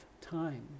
time